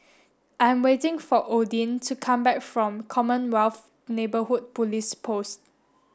I'm waiting for Odin to come back from Commonwealth Neighbourhood Police Post